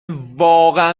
واقعا